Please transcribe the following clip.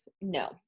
no